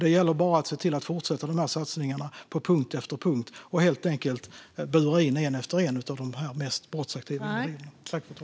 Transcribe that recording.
Det gäller bara att se till att fortsätta de satsningarna på punkt efter punkt och helt enkelt bura in en efter en av de mest brottsaktiva individerna.